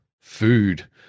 food